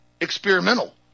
experimental